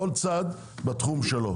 בתחום שלו